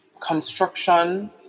construction